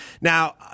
Now